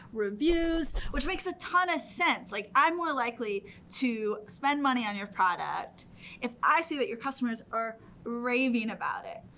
reviews, which makes a ton of sense. like, i'm more likely to spend money on your product if i see that your customers are raving about it.